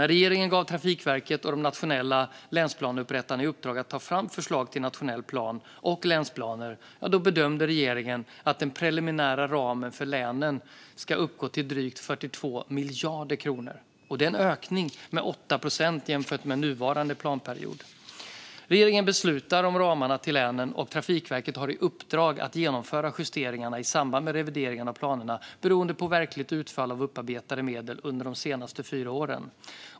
När regeringen gav Trafikverket och de nationella länsplaneupprättarna i uppdrag att ta fram förslag till nationell plan och länsplaner bedömde regeringen att den preliminära ramen för länen 2022-2033 ska uppgå till drygt 42 miljarder kronor. Det är en ökning med 8 procent jämfört med nuvarande planperiod. Regeringen beslutar om ramarna till länen, och Trafikverket har i uppdrag att genomföra justeringar i samband med revidering av planerna beroende på verkligt utfall av upparbetade medel under de senaste fyra åren.